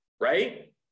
right